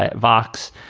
ah vocs.